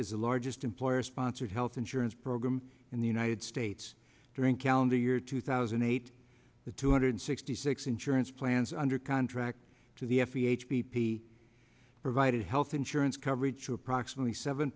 is the largest employer sponsored health insurance program in the united states during calendar year two thousand and eight the two hundred sixty six insurance plans under contract to the f e h p p provided health insurance coverage to approximately seven